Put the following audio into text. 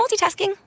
multitasking